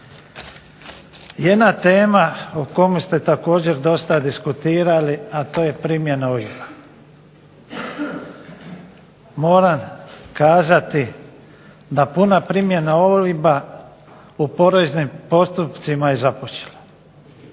Jedna tema o kojoj ste također dosta diskutirali, a to je primjena OIB-a. Moram kazati da puna primjena OIB-a u poreznim postupcima je započela,